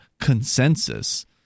consensus